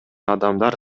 адамдар